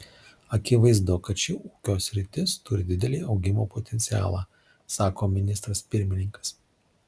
akivaizdu kad ši ūkio sritis turi didelį augimo potencialą sako ministras pirmininkas